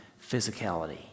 physicality